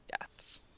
Yes